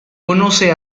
conoce